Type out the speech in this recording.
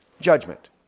judgment